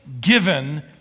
given